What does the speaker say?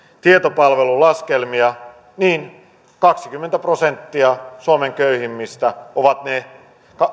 tietopalvelun laskelmia niin kaksikymmentä prosenttia suomen köyhimmistä ovat ne